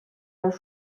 los